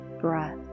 breath